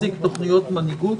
תוכניות מנהיגות,